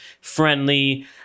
friendly